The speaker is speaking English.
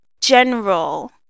general